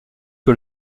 que